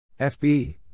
FB